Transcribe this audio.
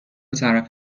طرف